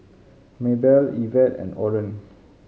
Maebelle Yvette and Oren